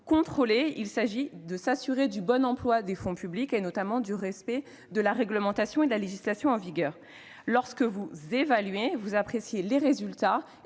contrôlez, vous vous assurez du bon emploi des fonds publics, notamment du respect de la réglementation et de la législation en vigueur, et lorsque vous évaluez, vous appréciez les résultats